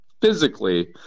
physically